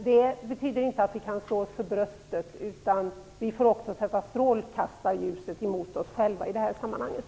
Det betyder inte att vi kan slå oss för bröstet, utan vi får också sätta strålkastarljuset mot oss själva i det här sammanhanget.